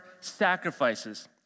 sacrifices